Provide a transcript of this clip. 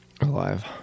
Alive